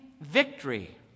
victory